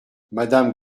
madame